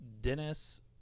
dennis